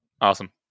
Awesome